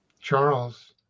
charles